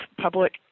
public